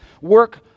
work